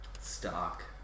stock